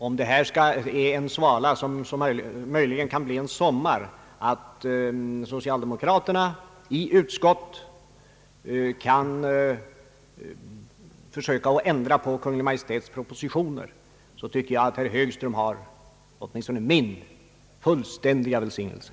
Om det förhållandet att socialdemokrater i utskott kan försöka ändra Kungl. Maj:ts propositioner är en svala som möjligen kan förebåda ett slags sommar vill jag uttala att herr Högström åtminstone har min fullständiga välsignelse.